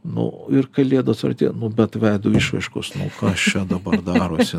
nu ir kalėdos arti nu bet veido išraiškos nu kas čia dabar darosi